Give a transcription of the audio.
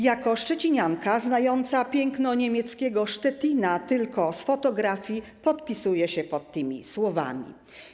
Jako szczecinianka znająca piękno niemieckiego Sztetina tylko z fotografii podpisuję się pod tymi słowami.